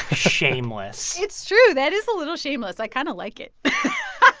shameless it's true. that is a little shameless. i kind of like it